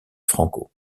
franco